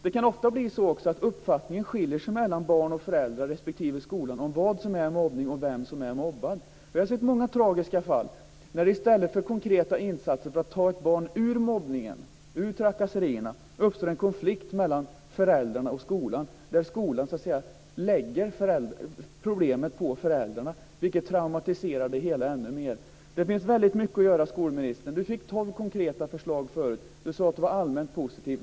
Det kan ofta också bli så att uppfattningen skiljer sig mellan barn och föräldrar respektive skolan om vad som är mobbning och vem som är mobbad. Vi har sett många tragiska fall där det, i stället för att konkreta insatser görs för att ta ett barn ur mobbningen och trakasserierna, uppstår en konflikt mellan föräldrarna och skolan därför att skolan lägger problemet på föräldrarna, vilket traumatiserar det hela ännu mer. Det finns väldigt mycket att göra. Skolministern fick tolv konkreta förslag förut, till vilka hon sade att hon är allmänt positiv.